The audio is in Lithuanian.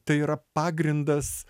tai yra pagrindas